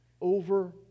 over